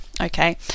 okay